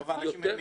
רוב האנשים משלמים,